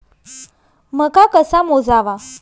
मका कसा मोजावा?